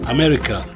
America